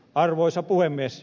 arvoisa puhemies